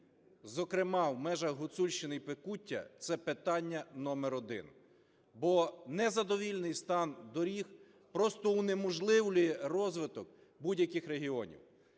зокрема в межах Гуцульщини і Покуття це питання номер один. Бо незадовільний стан доріг просто унеможливлює розвиток будь-яких регіонів.